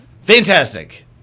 Fantastic